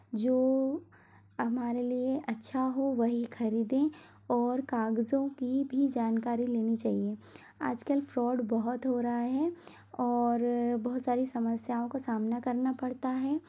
जो हमारे लिए अच्छा हो वही खरीदें और कागज़ों की भी जानकारी लेनी चाहिये आज कल फ़्रोड बहुत हो रहा है और बहुत सारी समस्याओं का सामना करना पड़ता है